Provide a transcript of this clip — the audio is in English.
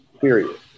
Period